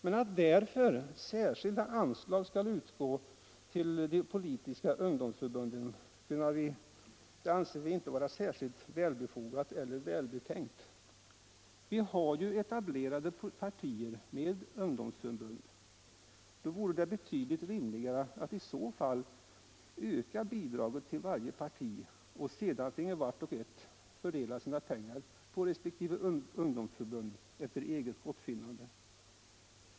Men att därför särskilt anslag skall utgå till de politiska ungdomsförbunden, anser vi inte vara särskilt välbefogat eller välbetänkt. Vi har ju etablerade partier med ungdomsförbund. Då vore det betydligt rim ligare att i så fall öka bidraget till varje parti, och sedan finge vart och ett av dem fördela sina pengar på resp. ungdomsförbund efter eget gottfinnande.